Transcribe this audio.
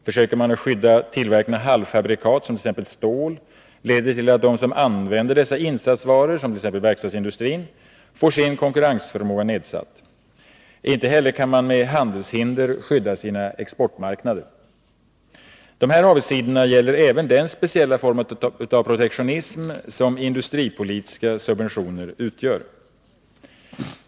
Försöker man skydda tillverkning av halvfabrikat som t, ex. stål, leder det till att de som använder dessa insatsvaror, t.ex. verkstadsindustrin, får sin konkurrensförmåga nedsatt. Inte heller kan man med handelshinder skydda sina exportmarknader. Dessa avigsidor gäller även den speciella form av protektionism som industripolitiska subventioner utgör.